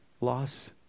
loss